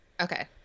Okay